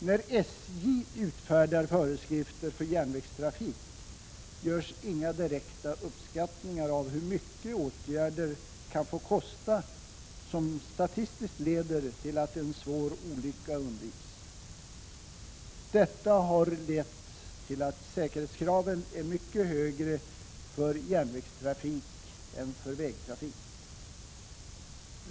När SJ utfärdar föreskrifter för järnvägstrafik görs inga direkta uppskattningar av hur mycket åtgärder kan få kosta som statistiskt leder till att en svår olycka undviks. Detta har lett till att säkerhetskraven är mycket högre för järnvägstrafik än för vägtrafik.